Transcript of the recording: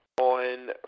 On